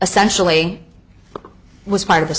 essentially was part of th